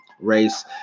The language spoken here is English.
race